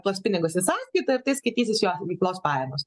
tuos pinigus į sąskaitą ir tai skaitysis jo veiklos pajamos